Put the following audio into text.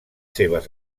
seves